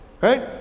Right